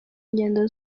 ngendo